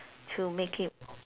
to make it